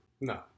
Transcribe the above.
No